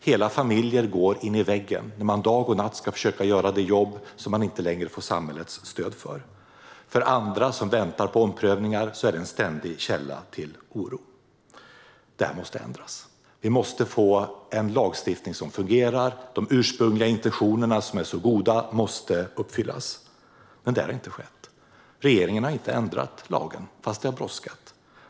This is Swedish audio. Hela familjer går in i väggen när man dag och natt ska försöka göra det jobb som man inte längre får samhällets stöd för. För andra, som väntar på omprövningar, är det en ständig källa till oro. Det här måste ändras. Vi måste få en lagstiftning som fungerar. De ursprungliga intentionerna, som är så goda, måste uppfyllas. Men det har inte skett. Regeringen har inte ändrat lagen fast det har brådskat.